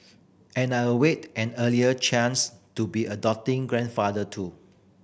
and I await an earlier chance to be a doting grandfather too